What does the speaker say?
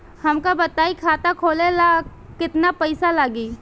हमका बताई खाता खोले ला केतना पईसा लागी?